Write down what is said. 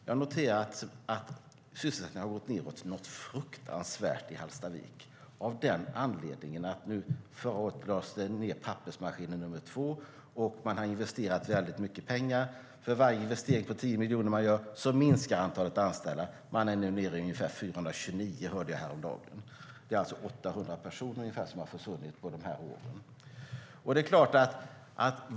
Jag noterar att sysselsättningen har gått nedåt något fruktansvärt i Hallstavik. Förra året lades pappersmaskin nummer två ned, och man har investerat väldigt mycket pengar. För varje investering på 10 miljoner man gör minskar antalet anställda. Man är nu nere i ungefär 429, hörde jag häromdagen. Det är alltså ungefär 800 personer som har försvunnit på de åren.